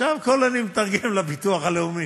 עכשיו אני מתרגם הכול לביטוח הלאומי,